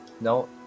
no